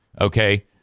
Okay